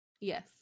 Yes